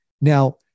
Now